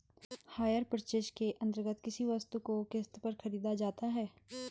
higher purchase के अंतर्गत किसी वस्तु को किस्त पर खरीदा जाता है